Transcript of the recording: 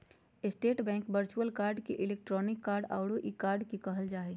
state bank virtual card के electronic card औरो e card भी कहल जा हइ